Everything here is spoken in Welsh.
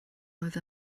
oedd